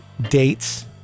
dates